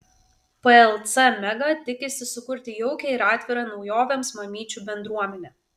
plc mega tikisi sukurti jaukią ir atvirą naujovėms mamyčių bendruomenę